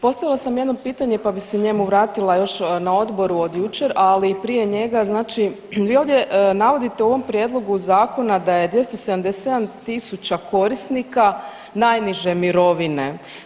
Postavila sam jedno pitanje, pa bih se njemu vratila još na odboru od jučer ali i prije njega znači vi ovdje navodite u ovom prijedlogu zakona da je 277 000 korisnika najniže mirovine.